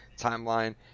timeline